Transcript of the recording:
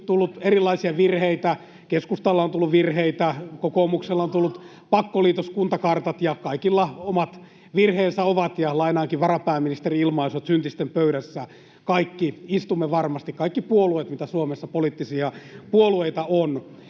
tullut erilaisia virheitä. Keskustalla on tullut virheitä, kokoomuksella on tullut pakkoliitoskuntakartat, ja kaikilla omat virheensä ovat, ja lainaankin varapääministerin ilmaisua, että syntisten pöydässä kaikki istumme varmasti, kaikki puolueet, mitä Suomessa poliittisia puolueita on.